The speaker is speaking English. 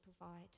provide